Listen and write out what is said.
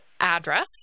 address